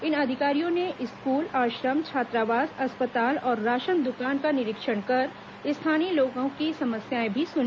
इन अधिकारियों ने स्कूल आश्रम छात्रावास अस्पताल और राशन द्कान का निरीक्षण कर स्थानीय लोगों की समस्याएं भी सुनी